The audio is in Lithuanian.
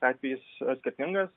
atvejis skirtingas